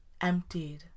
emptied